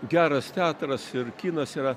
geras teatras ir kinas yra